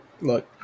look